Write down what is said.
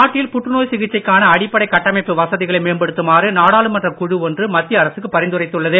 நாட்டில் புற்றுநோய் சிகிச்சைக்கான அடிப்படை கட்டமைப்பு வசதிகளை மேம்படுத்துமாறு நாடாளுமன்றக் குழு ஒன்று மத்திய அரசுக்கு பரிந்துரைத்துள்ளது